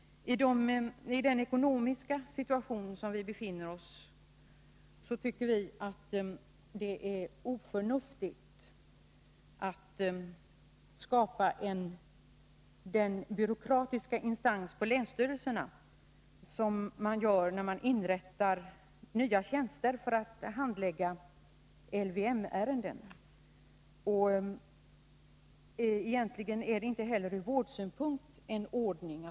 I den ekonomiska situation som vi befinner oss tycker vi att det är oförnuftigt att skapa den byråkratiska instans på länsstyrelserna som man gör när man inrättar nya tjänster för att handlägga LVM-ärenden. Det är egentligen inte heller en ordning att föredra ur vårdsynpunkt.